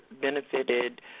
benefited